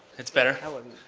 it's better. well,